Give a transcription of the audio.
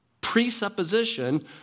presupposition